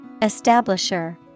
Establisher